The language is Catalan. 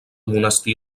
monestir